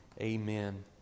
Amen